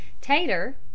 Tater